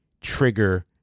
trigger